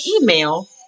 email